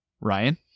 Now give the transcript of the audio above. Ryan